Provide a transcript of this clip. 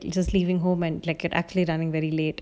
just leaving home and like actually running very late